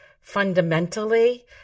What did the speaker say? fundamentally